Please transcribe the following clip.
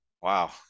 wow